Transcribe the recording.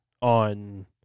on